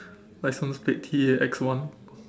mine only state T A X one